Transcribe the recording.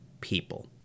people